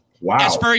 Wow